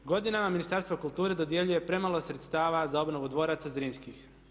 Godinama Ministarstvo kulture dodjeljuje premalo sredstava za obnovu dvoraca Zrinskih.